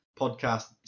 podcast